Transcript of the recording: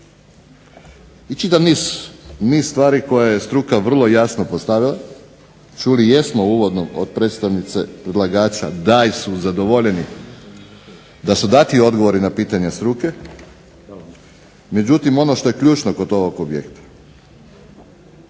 i čitav niz stvari koje je struka vrlo jasno postavila, čuli jesmo uvodno od predstavnice predlagača da su dati odgovori na pitanja struke, međutim, ono što je ključno kod ovog projekta: